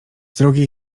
drugiej